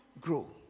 grow